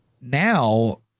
now